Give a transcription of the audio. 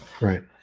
Right